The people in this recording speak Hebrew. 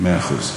מאה אחוז.